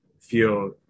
feel